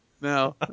no